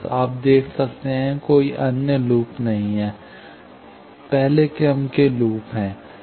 आप देखते हैं कोई अन्य लूप नहीं है पहले क्रम के लूप हैं